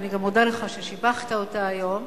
ואני גם מודה לך ששיבחת אותה היום,